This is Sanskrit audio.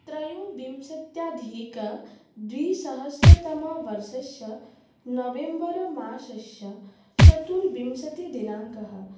त्रयोविंशत्यधिक द्विसहस्रतमवर्षस्य नवेम्बर् मासस्य चतुर्विंशति दिनाङ्कः